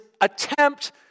attempt